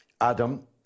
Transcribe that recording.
Adam